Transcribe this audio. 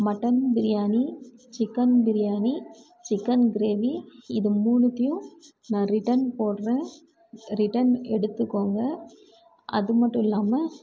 mutton biryani chicken biryani chicken gravy இது மூணுத்தியும் நான் ரிட்டன் போடுறேன் ரிட்டன் எடுத்துக்கோங்க அது மட்டும் இல்லாமல்